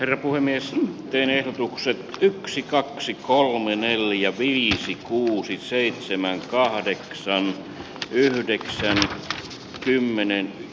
arvoisa puhemies teen ehdotuksen yksi kaksi kolme neljä viisi kuusi seitsemän kahdeksan yhdeksän kymmenen